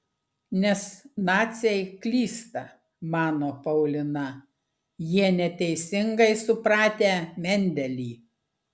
nes naciai klysta mano paulina jie neteisingai supratę mendelį